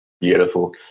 beautiful